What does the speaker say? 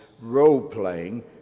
role-playing